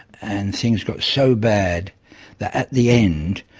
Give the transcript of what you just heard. and things got so bad that, at the end,